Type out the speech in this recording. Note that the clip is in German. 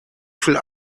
viel